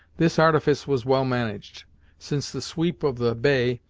this artifice was well managed since the sweep of the bay,